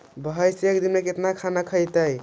भैंस एक दिन में केतना खाना खैतई?